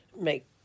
make